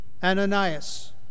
Ananias